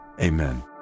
amen